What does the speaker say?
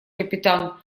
капитан